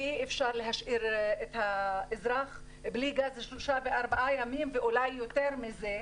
ואי אפשר להשאיר את האזרח בלי גז שלושה וארבעה ימים ואולי יותר מזה,